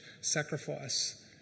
sacrifice